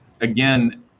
again